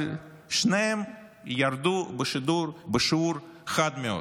אבל שניהם ירדו בשיעור חד מאוד.